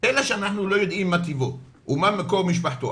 אלא שאנחנו לא יודעים מה טיבו ומה מקור משפחתו,